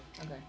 Okay